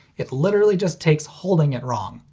it literally just takes holding it wrong.